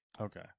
Okay